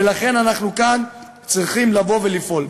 ולכן אנחנו כאן צריכים לבוא ולפעול.